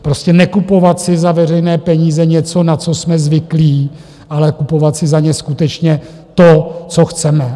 Prostě nekupovat si za veřejné peníze něco, na co jsme zvyklí, ale kupovat si za ně skutečně to, co chceme.